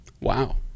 wow